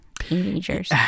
teenagers